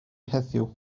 heddiw